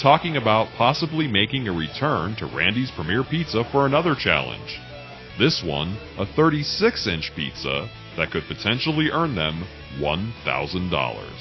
talking about possibly making a return to randy's premier pizza for another challenge this one a thirty six inch piece that could potentially earn them one thousand dollars